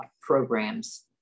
programs